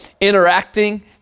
interacting